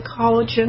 collagen